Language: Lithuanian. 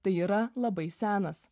tai yra labai senas